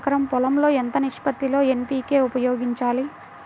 ఎకరం పొలం లో ఎంత నిష్పత్తి లో ఎన్.పీ.కే ఉపయోగించాలి?